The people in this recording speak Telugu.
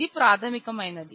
ఇది ప్రాథమికమైనది